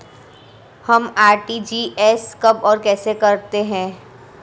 हम आर.टी.जी.एस कब और कैसे करते हैं?